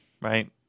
right